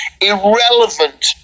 irrelevant